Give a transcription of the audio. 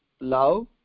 Love